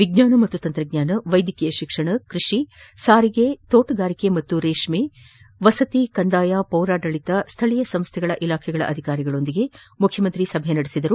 ವಿಜ್ಞಾನ ಮತ್ತು ತಂತ್ರಜ್ಞಾನ ವೈದ್ಯಕೀಯ ಶಿಕ್ಷಣ ಕೃಷಿ ಸಾರಿಗೆ ತೋಟಗಾರಿಕೆ ಮತ್ತು ರೇಷ್ಮೆ ವಸತಿ ಕಂದಾಯ ಪೌರಾಡಳಿತ ಮತ್ತು ಸ್ಥಳೀಯ ಸಂಸ್ಥೆಗಳ ಇಲಾಖೆಗಳ ಅಧಿಕಾರಿಗಳೊಂದಿಗೆ ಮುಖ್ಯಮಂತ್ರಿ ಸಭೆ ನಡೆಸಿದರು